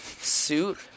suit